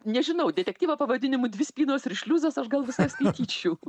nežinau detektyvą pavadinimu dvi spynos ir šliuzas aš gal visai skaityčiau